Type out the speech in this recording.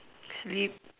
sleep